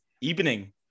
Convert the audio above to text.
evening